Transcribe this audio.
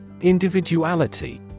individuality